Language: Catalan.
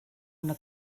una